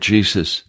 Jesus